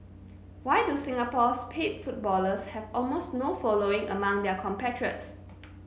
why do Singapore's paid footballers have almost no following among their compatriots